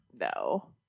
No